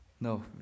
No